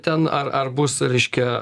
ten ar ar bus reiškia